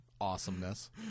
Awesomeness